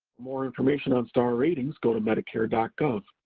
more information on star ratings, go to medicare and gov.